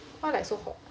why like so hot